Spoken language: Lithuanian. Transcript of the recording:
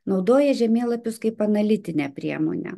naudoja žemėlapius kaip analitinę priemonę